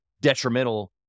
detrimental